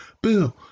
Boo